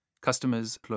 customers